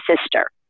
sister